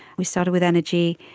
we started with energy,